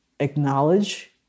acknowledge